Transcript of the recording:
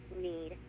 need